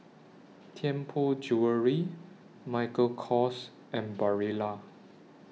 Tianpo Jewellery Michael Kors and Barilla